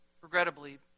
Regrettably